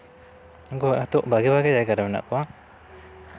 ᱩᱱᱠᱩ ᱱᱤᱛᱚᱜ ᱵᱷᱟᱜᱮ ᱵᱷᱟᱜᱮ ᱡᱟᱭᱜᱟ ᱨᱮ ᱢᱮᱱᱟᱜ ᱠᱚᱣᱟ